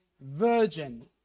virgin